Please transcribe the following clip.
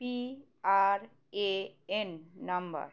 PRAN number